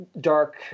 dark